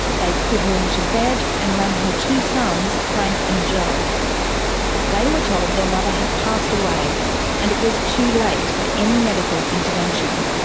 they put her into bed and rang her two sons, frank and joe they were told their mother had passed away and it was too late for any medical intervention.